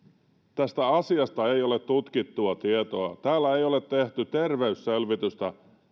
tästä asiasta ei ole tutkittua tietoa kun täällä ei ole tehty terveysselvitystä